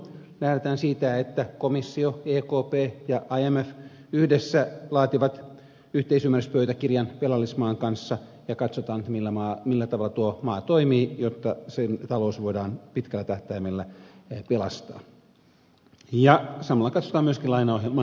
lähdetään siitä että komissio ekp ja imf yhdessä laativat yhteisymmärryspöytäkirjan velallismaan kanssa ja katsotaan millä tavalla tuo maa toimii jotta sen talous voidaan pitkällä tähtäimellä pelastaa ja samalla katsotaan myöskin lainaohjelman ehdot